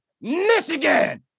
Michigan